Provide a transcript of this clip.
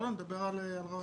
לא, אני מדבר על רמון.